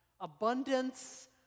abundance